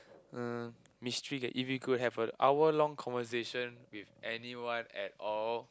uh mystery that if you could have a hour long conversation with anyone at all